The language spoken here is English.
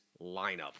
lineup